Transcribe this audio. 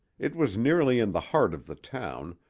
it was nearly in the heart of the town,